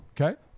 okay